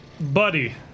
buddy